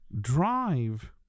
drive